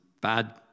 bad